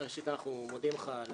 ראשית, אנחנו מודים לך על